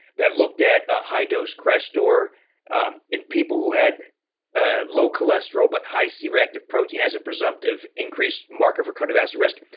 that looked at ah high-dose crestor in people who had ah low cholesterol but high c-reactive protein as a presumptive increase marker for kind of cardiovascular risk.